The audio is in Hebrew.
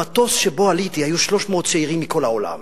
במטוס שבו הייתי היו 300 צעירים מכל העולם.